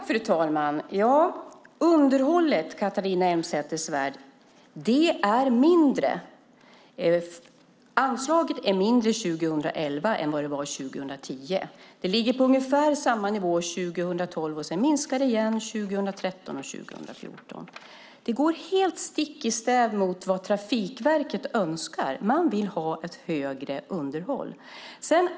Fru talman! Anslaget för underhållet, Catharina Elmsäter-Svärd, är mindre 2011 än vad det var 2010. Det ligger på ungefär samma nivå 2012, och sedan minskar det igen 2013 och 2014. Det går stick i stäv med vad Trafikverket önskar. Man vill ha ett högre anslag för underhåll.